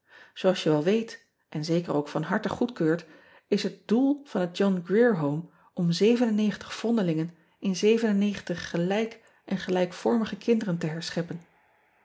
ooals je wel weet en zeker ook van harte goedkeurt is het doe van het ohn rier ome om vondelingen in gelijk en gelijkvormige kinderen te herscheppen